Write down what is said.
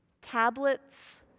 tablets